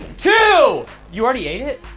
two you already ate it?